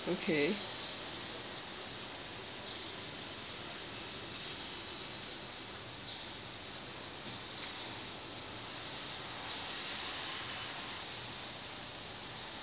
okay